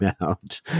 out